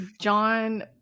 John